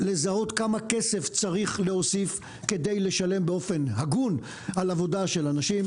לזהות כמה כסף צריך להוסיף כדי לשלם באופן הגון על עבודה של אנשים,